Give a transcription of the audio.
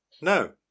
No